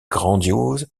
grandiose